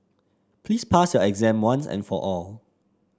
please pass your exam once and for all